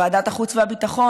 ועדת החוץ והביטחון,